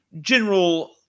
general